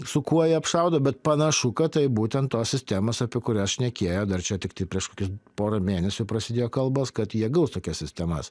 su kuo jie apšaudo bet panašu kad tai būtent tos sistemos apie kurias šnekėjo dar čia tiktai prieš kokius porą mėnesių prasidėjo kalbos kad jie gaus tokias sistemas